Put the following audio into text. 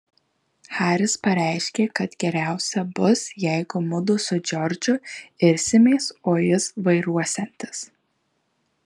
haris pareiškė kad geriausia bus jeigu mudu su džordžu irsimės o jis vairuosiantis